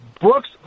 Brooks